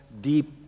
deep